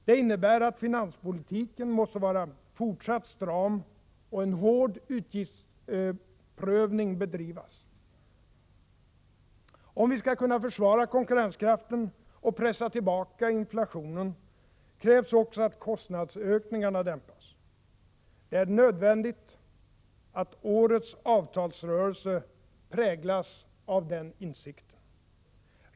Det innebär att finanspolitiken måste vara fortsatt stram och en hård utgiftsprövning bedrivas. Om vi skall kunna försvara konkurrenskraften och pressa tillbaka inflationen, krävs det också att kostnadsökningarna dämpas. Det är nödvändigt att årets avtalsrörelse präglas av den insikten.